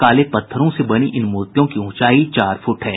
काले पत्थरों से बनी इन मूर्तियों की ऊंचाई चार फुट है